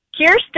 Kirsten